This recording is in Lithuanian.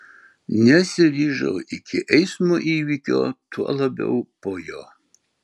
nesiryžau iki eismo įvykio tuo labiau po jo